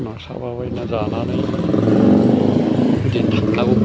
ना सारला बायनानै जानानै दिन थांनांगौ गोनां जायो